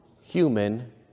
human